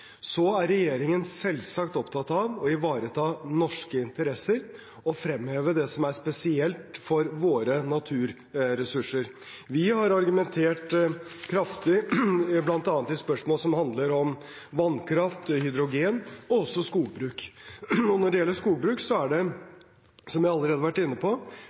er selvsagt opptatt av å ivareta norske interesser og fremheve det som er spesielt for våre naturressurser. Vi har argumentert kraftig, bl.a. i spørsmål som handler om vannkraft, om hydrogen og også om skogbruk. Når det gjelder skogbruk, er det, som jeg allerede har vært inne på,